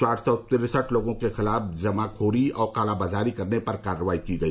चार सौ तिरसठ लोगों के खिलाफ जमाखोरी और कालाबाजारी करने पर कार्रवाई की गई